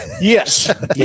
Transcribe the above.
Yes